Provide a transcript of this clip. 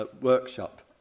workshop